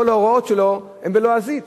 כל ההוראות שלו הן בלועזית,